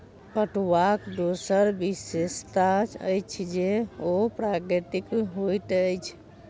पटुआक दोसर विशेषता अछि जे ओ प्राकृतिक होइत अछि